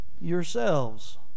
yourselves